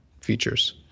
features